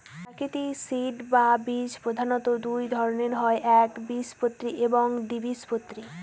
প্রাকৃতিক সিড বা বীজ প্রধানত দুই ধরনের হয় একবীজপত্রী এবং দ্বিবীজপত্রী